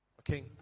Okay